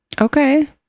Okay